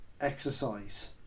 exercise